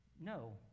No